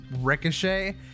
ricochet